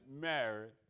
married